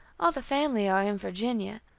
all the family are in virginia.